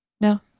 No